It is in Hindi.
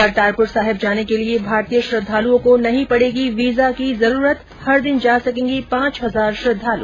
करतारपुर साहिब जाने के लिए भारतीय श्रद्वालुओं को नहीं पड़ेगी वीजा की जरूरत हर दिन जा सकेंगे पांच हजार श्रद्धालु